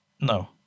No